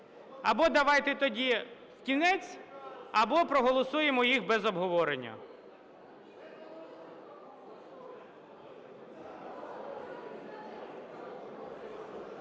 Або давайте тоді в кінець, або проголосуємо їх без обговорення.